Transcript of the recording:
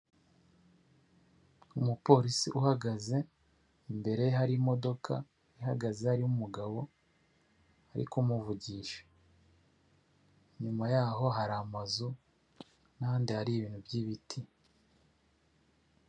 Umupolisi uhagaze imbere hari imodoka ihagaze harimo umugabo ari kumuvugisha inyuma yaho hari amazu n'ahandi hari ibintu by'ibiti .